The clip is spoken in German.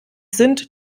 sind